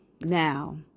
Now